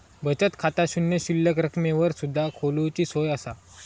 बचत खाता शून्य शिल्लक रकमेवर सुद्धा खोलूची सोया असा